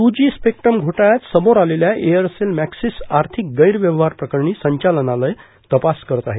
ट्र G spectrum घोटाळ्यात समोर आलेल्या एयरसेल मॅक्सिस आर्थिक गैरव्यवहार प्रकरणी संचालनालय तपास करत आहे